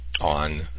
on